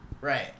Right